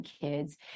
kids